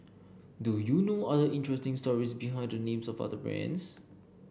do you know other interesting stories behind the names of other brands